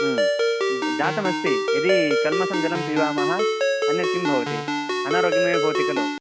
ज् जातमस्ति यदि कल्मशं जलं पिबामः अन्यत् किं भवति अनारोग्यमेव भवति खलु